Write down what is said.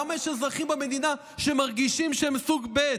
למה יש אזרחים במדינה שמרגישים שהם סוג ב'?